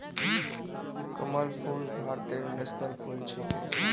कमल फूल भारतेर नेशनल फुल छिके